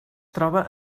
troba